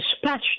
Dispatch